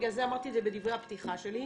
בגלל זה אמרתי את זה בדברי הפתיחה שלי,